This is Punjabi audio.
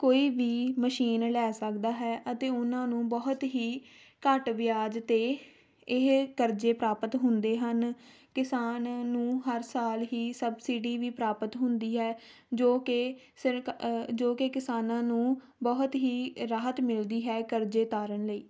ਕੋਈ ਵੀ ਮਸ਼ੀਨ ਲੈ ਸਕਦਾ ਹੈ ਅਤੇ ਉਹਨਾਂ ਨੂੰ ਬਹੁਤ ਹੀ ਘੱਟ ਵਿਆਜ 'ਤੇ ਇਹ ਕਰਜੇ ਪ੍ਰਾਪਤ ਹੁੰਦੇ ਹਨ ਕਿਸਾਨ ਨੂੰ ਹਰ ਸਾਲ ਹੀ ਸਬਸਿਡੀ ਵੀ ਪ੍ਰਾਪਤ ਹੁੰਦੀ ਹੈ ਜੋ ਕਿ ਸਰਕ ਜੋ ਕਿ ਕਿਸਾਨਾਂ ਨੂੰ ਬਹੁਤ ਹੀ ਰਾਹਤ ਮਿਲਦੀ ਹੈ ਕਰਜੇ ਉਤਾਰਨ ਲਈ